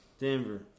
Denver